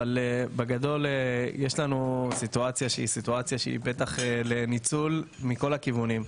אבל בגדול יש לנו סיטואציה שהיא פתח לניצול מכל הכיוונים.